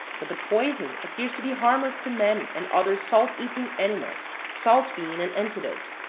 but the poison appears to be harmless to man and other salt-eating animals, salt being an antidote.